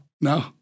No